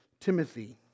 Timothy